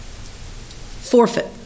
Forfeit